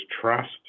trust